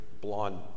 blonde